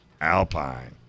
Alpine